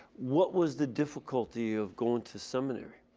what was the difficulty of going to seminary?